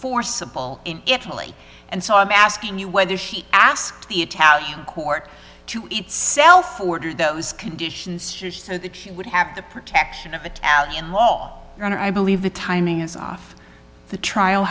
forcible in italy and so i'm asking you whether she asked the italian court to self order those conditions just so that she would have the protection of a runner i believe the timing is off the trial